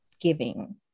giving